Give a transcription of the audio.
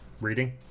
Reading